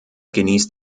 genießt